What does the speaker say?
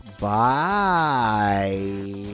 Bye